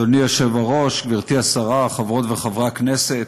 אדוני היושב-ראש, גברתי השרה, חברות וחברי הכנסת,